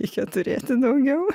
reikia turėti daugiau